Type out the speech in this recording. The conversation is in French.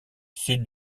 sud